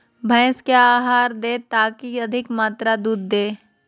भैंस क्या आहार दे ताकि अधिक मात्रा दूध दे?